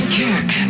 kick